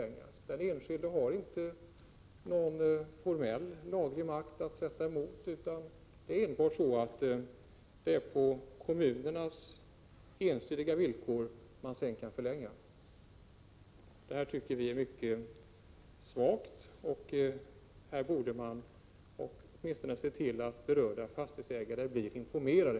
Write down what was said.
Den enskilde har inte någon formell laglig makt att sätta emot, utan det är enbart på kommunernas ensidiga villkor som en förlängning kan ske. Det här tycker vi är svagt, och man borde åtminstone se till att berörda fastighetsägare blir informerade.